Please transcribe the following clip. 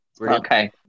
okay